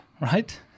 right